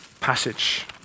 passage